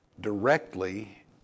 directly